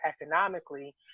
economically